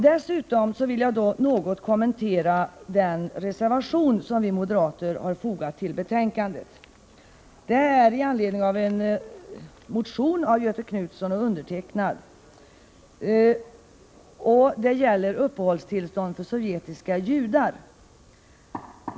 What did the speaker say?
Dessutom vill jag något kommentera den reservation som vi moderater har fogat till betänkandet med anledning av en motion av Göthe Knutson och mig. Reservationen gäller uppehållstillstånd för sovjetiska judar.